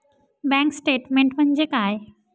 Bank statement म्हणजे काय?